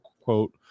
quote